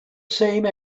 same